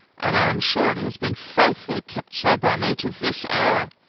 and i am sure has been faithfully kept so by me to this hour.